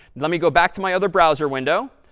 let me go back to my other browser window,